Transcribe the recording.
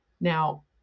Now